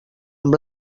amb